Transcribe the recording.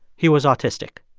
he was autistic.